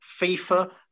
fifa